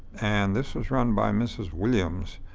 and this was run by mrs. williams.